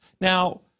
Now